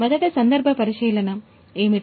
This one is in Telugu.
మొదట సందర్భ పరిశీలన ఏమిటి